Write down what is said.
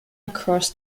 across